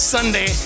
Sunday